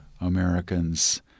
Americans